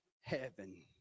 heaven